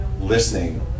listening